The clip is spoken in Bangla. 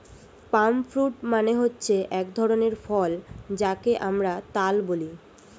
পাম ফ্রুট মানে হচ্ছে এক ধরনের ফল যাকে আমরা তাল বলি